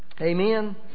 Amen